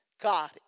God